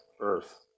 earth